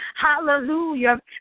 hallelujah